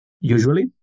usually